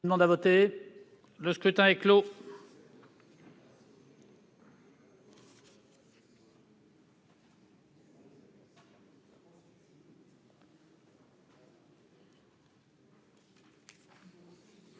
Le scrutin est clos.